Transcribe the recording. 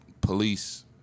police